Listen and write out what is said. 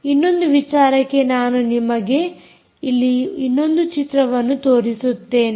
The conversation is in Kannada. ಇನ್ನೊಂದು ವಿಚಾರಕ್ಕೆ ನಾನು ನಿಮಗೆ ಇಲ್ಲಿ ಇನ್ನೊಂದು ಚಿತ್ರವನ್ನು ತೋರಿಸುತ್ತೇನೆ